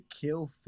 kill